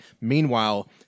Meanwhile